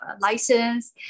license